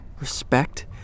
Respect